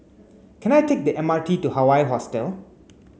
can I take the M R T to Hawaii Hostel